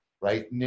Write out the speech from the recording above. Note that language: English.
right